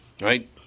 right